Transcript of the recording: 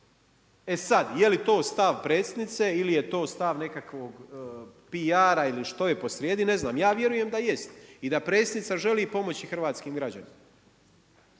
E sada jeli to stav predsjednice ili je to stav nekakvog PR-a ili što je posrijedi, ja ne znam. Ja vjerujem da jest i da predsjednica želi pomoći hrvatskim građanima.